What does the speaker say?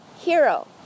Hero